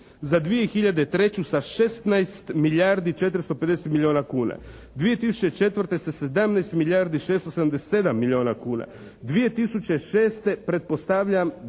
za 2003. sa 16 milijardi 450 milijuna kuna. 2004. sa 17 milijardi 677 milijuna kuna. 2006. pretpostavljam